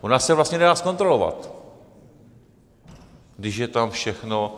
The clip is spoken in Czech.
Ona se vlastně nedá zkontrolovat, když je tam všechno...